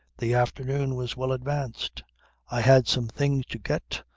the afternoon was well advanced i had some things to get,